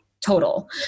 Total